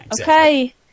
Okay